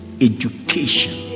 Education